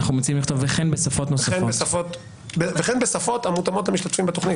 וכן בשפות המותאמות למשתתפים בתוכנית,